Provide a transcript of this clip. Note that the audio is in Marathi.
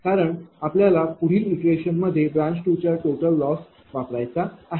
कारण आपल्याला पुढील इटरेशन मध्ये ब्रांच 2 चा टोटल लॉस वापरायचा आहे